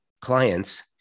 clients